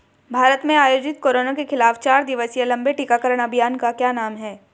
भारत में आयोजित कोरोना के खिलाफ चार दिवसीय लंबे टीकाकरण अभियान का क्या नाम है?